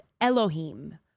Elohim